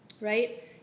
right